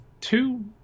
two